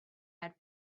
had